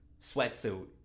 sweatsuit